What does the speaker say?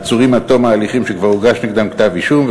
עצורים עד תום ההליכים שכבר הוגש נגדם כתב-אישום,